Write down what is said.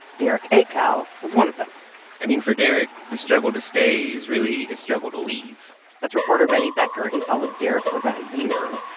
derek akal was one of them i mean, for derek, the struggle to stay is really a struggle to leave that's reporter benny becker. he followed derek for about a year.